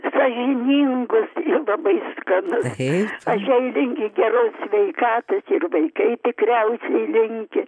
sąžiningas ir labai skanus aš jai linkiu geros sveikatos ir vaikai tikriausiai linki